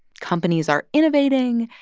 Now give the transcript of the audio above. companies are innovating,